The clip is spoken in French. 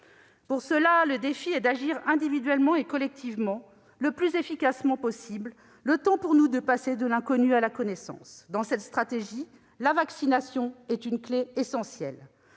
Pour cela, le défi est d'agir individuellement et collectivement le plus efficacement possible, le temps que nous passions de l'inconnu à la connaissance. Dans cette stratégie, la vaccination est une clé essentielle.